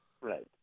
Right